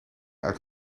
uit